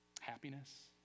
Happiness